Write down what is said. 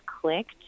clicked